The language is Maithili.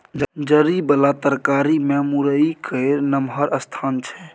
जरि बला तरकारी मे मूरइ केर नमहर स्थान छै